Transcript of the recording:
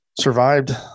survived